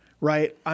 right